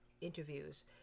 interviews